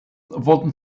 wurden